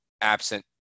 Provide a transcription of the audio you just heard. absent